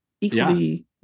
equally